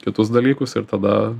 kitus dalykus ir tada